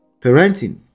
parenting